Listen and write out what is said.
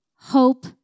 hope